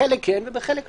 בחלק כן, בחלק לא.